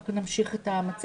אבל נמשיך את המצגת.